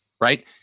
right